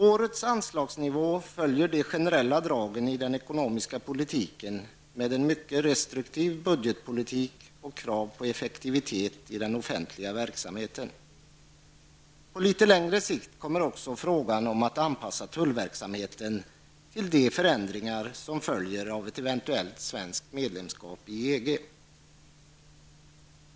Årets anslagsnivå följer de generella dragen i den ekonomiska politiken, med en mycket restriktiv budgetpolitik och krav på effektivitet i den offentliga verksamheten. På litet längre sikt kommer också frågan om att anpassa tullverksamheten till de förändringar som följer av ett eventuellt svenskt medlemskap i EG.